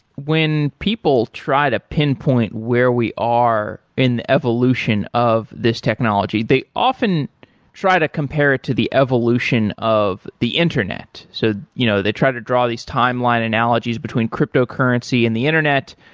when people try to pinpoint where we are in the evolution of this technology, they often try to compare it to the evolution of the internet. so you know they try to draw these timeline analogies between cryptocurrency in the internet.